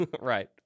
Right